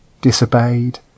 disobeyed